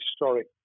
historic